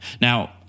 Now